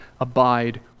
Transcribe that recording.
abide